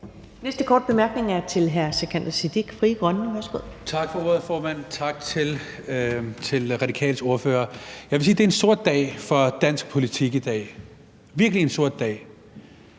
Frie Grønne. Værsgo. Kl. 14:36 Sikandar Siddique (FG): Tak for ordet, formand. Tak til Radikales ordfører. Jeg vil sige, at det er en sort dag for dansk politik i dag – virkelig en sort dag.